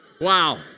Wow